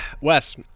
Wes